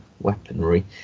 weaponry